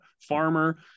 farmer